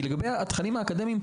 לגבי התכנים האקדמיים,